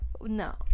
No